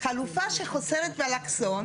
חלופה שחוזרת באלכסון